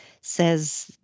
says